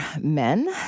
men